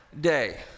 day